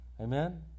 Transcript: Amen